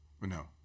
No